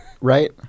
Right